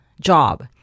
job